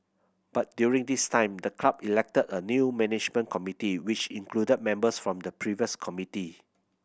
but during this time the club elected a new management committee which included members from the previous committee